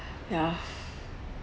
ya